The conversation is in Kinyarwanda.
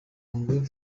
ngo